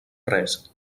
res